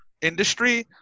industry